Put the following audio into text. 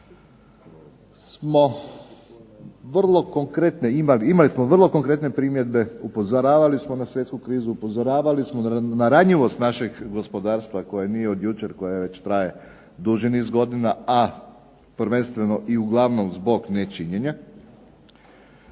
imali smo vrlo konkretne primjedbe, upozoravali smo na svjetsku krizu, upozoravali smo na ranjivost našeg gospodarstva koja nije od jučer, koja već traje duži niz godina, a prvenstveno i uglavnom zbog nečinjenja,